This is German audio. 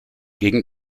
gegen